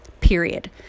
period